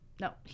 no